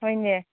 ꯍꯣꯏꯅꯦ